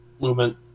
movement